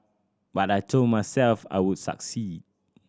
but I told myself I would succeed